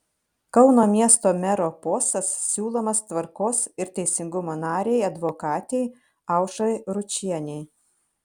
kauno miesto mero postas siūlomas tvarkos ir teisingumo narei advokatei aušrai ručienei